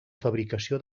fabricació